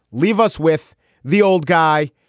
leave us with the old guy,